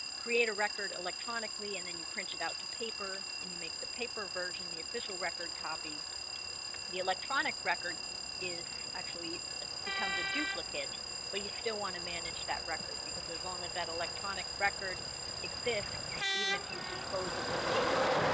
create a record electronically and then you print it out to paper and you make the paper version the official record copy the electronic record is actually becomes a duplicate but you still want to manage that record because as long as that electronic record exists, even if you've disposed of the paper,